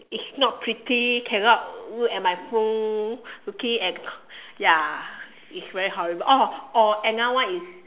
it's not pretty cannot look at my phone looking at ya it's very horrible orh or another one is